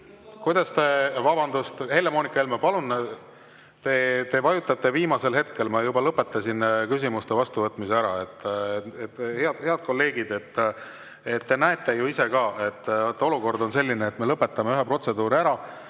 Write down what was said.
kuidas te … Vabandust! Helle-Moonika Helme, te vajutate viimasel hetkel [nuppu]. Ma juba lõpetasin küsimuste vastuvõtmise ära. Head kolleegid, te näete ju ise ka, et olukord on selline, et me lõpetasime ühe protseduuri ära.